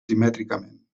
simètricament